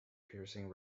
piercing